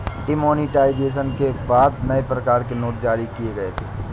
demonetisation के बाद नए प्रकार के नोट जारी किए गए थे